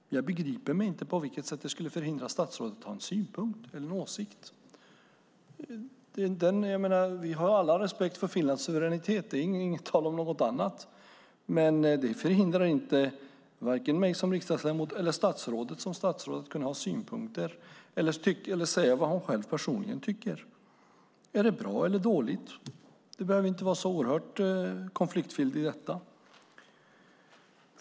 Men jag begriper inte på vilket sätt det skulle förhindra statsrådet från att ha en synpunkt eller en åsikt. Vi har alla respekt för Finlands suveränitet. Det är inte tal om något annat. Men det förhindrar varken mig som riksdagsledamot eller statsrådet som statsråd att kunna ha synpunkter eller säga vad vi personligen tycker. Är det bra eller dåligt? Det behöver inte vara så oerhört konfliktfyllt.